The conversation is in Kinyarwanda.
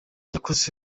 yakoze